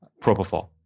propofol